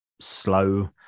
slow